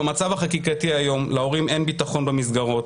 במצב החקיקתי היום להורים אין ביטחון במסגרות